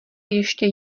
ještě